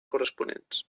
corresponents